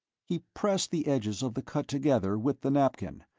he pressed the edges of the cut together with the napkin,